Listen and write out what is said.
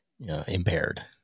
impaired